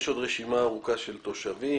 יש עוד רשימה ארוכה של תושבים,